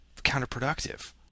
counterproductive